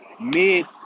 mid